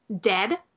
dead